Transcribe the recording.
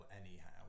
anyhow